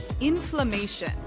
inflammation